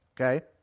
okay